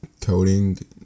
coding